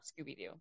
Scooby-Doo